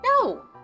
No